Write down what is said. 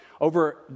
over